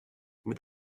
mit